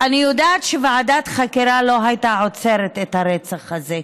אני יודעת שוועדת חקירה לא הייתה עוצרת את הרצח הזה,